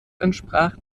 entsprach